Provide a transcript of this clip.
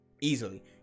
easily